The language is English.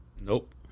Nope